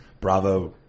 Bravo